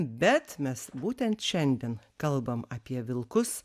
bet mes būtent šiandien kalbam apie vilkus